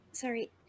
Sorry